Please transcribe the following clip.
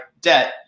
debt